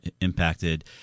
impacted